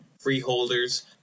freeholders